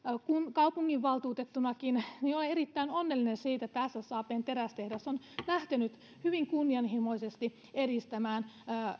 kaupunginvaltuutettunakin olen erittäin onnellinen siitä että ssab n terästehdas on lähtenyt hyvin kunnianhimoisesti edistämään